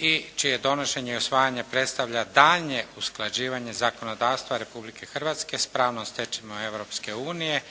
i čije donošenje i usvajanje predstavlja daljnje usklađivanje zakonodavstva Republike Hrvatske sa pravnom stečevinom Europske unije